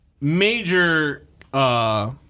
major